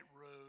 road